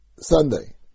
Sunday